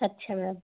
ਅੱਛਾ ਮੈਮ